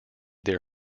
their